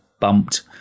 bumped